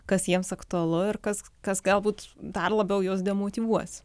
kas jiems aktualu ir kas kas galbūt dar labiau juos demotyvuos